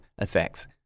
effects